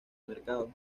mercado